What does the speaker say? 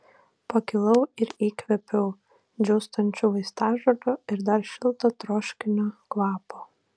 pakilau ir įkvėpiau džiūstančių vaistažolių ir dar šilto troškinio kvapo